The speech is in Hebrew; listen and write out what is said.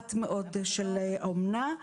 מעט מאוד של האומנה.